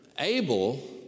Abel